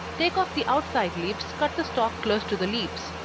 take off the outside leaves, cut the stalk close to the leaves,